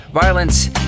violence